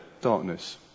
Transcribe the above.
Darkness